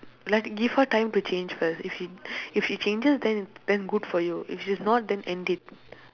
like give her time to change first if she if she changes then then good for you if she's not then end it